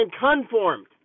conformed